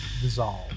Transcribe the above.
dissolve